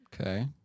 Okay